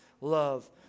love